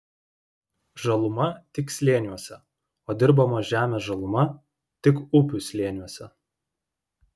žaluma tik slėniuose o dirbamos žemės žaluma tik upių slėniuose